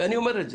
ואני אומר את זה,